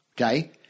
Okay